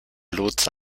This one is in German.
lotse